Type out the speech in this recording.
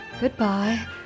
Goodbye